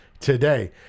today